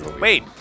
Wait